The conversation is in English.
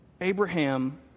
Abraham